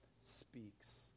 speaks